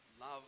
love